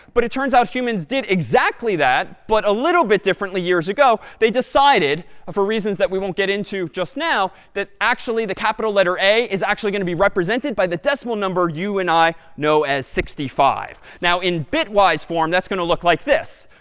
but it turns out humans did exactly that, but a little bit differently years ago. they decided for reasons that we won't get into just now, that, actually, the capital letter a is actually going to be represented by the decimal number you and i know as sixty five. now in bitwise form, that's going to look like this.